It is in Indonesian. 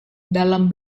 dalam